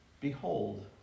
behold